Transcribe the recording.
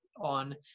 on